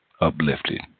uplifted